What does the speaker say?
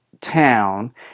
town